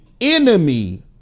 enemy